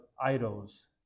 idols